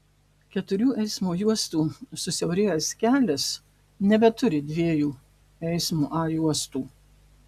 keturių eismo juostų susiaurėjęs kelias nebeturi dviejų eismo a juostų